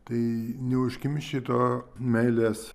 tai neužkimši to meilės